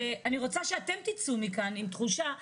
אני רוצה שאתם תצאו מכאן עם תחושה,